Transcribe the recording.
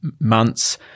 months